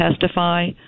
testify